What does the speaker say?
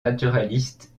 naturaliste